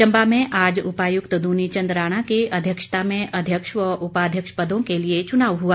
चंबा में आज उपायुक्त दुनीचंद राणा की अध्यक्षता में अध्यक्ष व उपाध्यक्ष पदों के लिए चुनाव हुआ